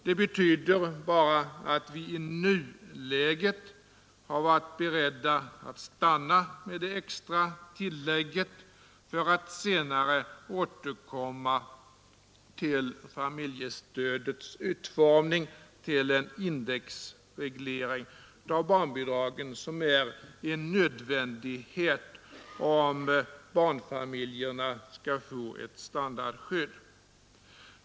Det betyder bara att vi i nuläget har varit beredda att godtaga det extra tillägget för att senare återkomma till familjestödets utformning, till en indexreglering av barnbidragen, vilket är en nödvändighet om barnfamiljerna skall få ett standardskydd.